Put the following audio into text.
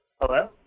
Hello